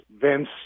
Vince